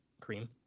Cream